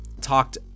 talked